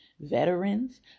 veterans